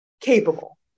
capable